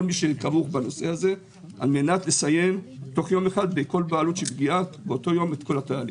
מי שכרוך בנושא הזה על-מנת לסיים תוך יום אחד בכל בעלות את כל התהליך.